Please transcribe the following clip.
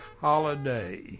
holiday